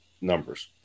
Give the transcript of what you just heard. numbers